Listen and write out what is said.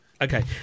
okay